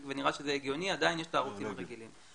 וזה נראה הגיוני עדיין יש את הערוצים הרגילים.